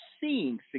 seeing